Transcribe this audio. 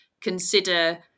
consider